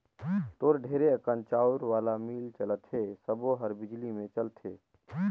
तोर ढेरे अकन चउर वाला मील चलत हे सबो हर बिजली मे चलथे